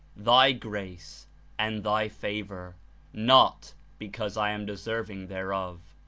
thy grace and thy favor not because i am deserving thereof.